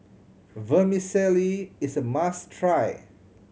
vermicelli is a must try